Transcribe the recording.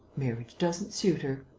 marriage doesn't suit her.